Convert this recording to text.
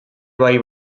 bai